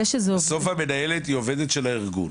בסוף המנהלת היא עובדת של הארגון.